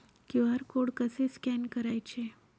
QR code कसे scan करायचे?